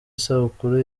isabukuru